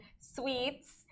sweets